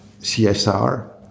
CSR